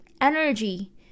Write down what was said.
energy